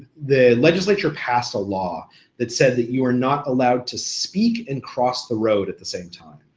the legislator passed a law that said that you are not allowed to speak and cross the road at the same time.